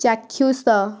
ଚାକ୍ଷୁଷ